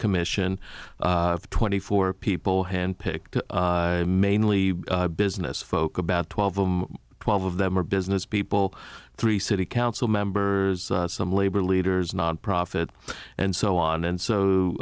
commission of twenty four people handpicked mainly business folk about twelve twelve of them are business people three city council members some labor leaders nonprofits and so on and